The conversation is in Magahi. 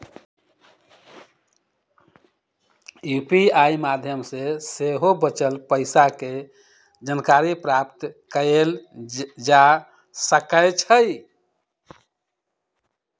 यू.पी.आई माध्यम से सेहो बचल पइसा के जानकारी प्राप्त कएल जा सकैछइ